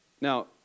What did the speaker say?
Now